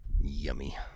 Yummy